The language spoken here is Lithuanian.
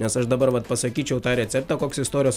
nes aš dabar vat pasakyčiau tą receptą koks istorijos